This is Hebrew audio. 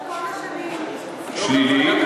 שלילי.